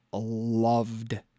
loved